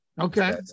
okay